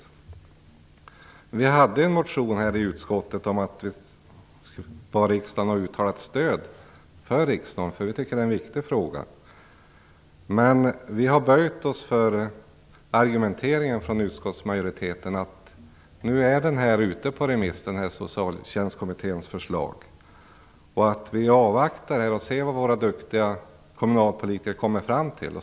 Vi vänsterpartister hade en motion i utskottet där vi bad riksdagen att uttala sitt stöd för en riksnorm. Vi tycker att det är en viktig fråga. Men vi har böjt oss för utskottsmajoritetens argumentering. Man menar att Socialtjänstkommitténs förslag är ute på remiss och att man skall avvakta och se vad våra duktiga kommunalpolitiker kommer fram till.